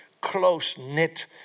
close-knit